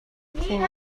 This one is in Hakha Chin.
thing